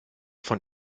von